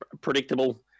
predictable